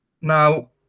Now